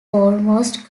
almost